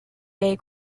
day